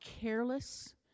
careless